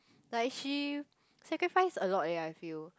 like she sacrifice a lot eh I feel